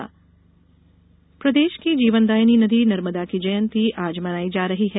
नर्मदा महोत्सव प्रदेश की जीवनदायनी नदी नर्मदा की जयंती आज मनाई जा रही है